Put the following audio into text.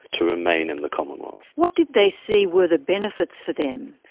to remain in the commonwealth. what did they see were the benefits for them?